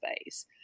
space